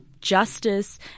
justice